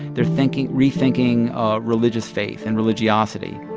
they're thinking rethinking ah religious faith and religiosity